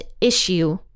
issue